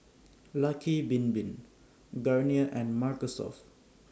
Lucky Bin Bin Garnier and Mark Soft